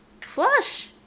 Flush